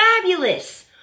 fabulous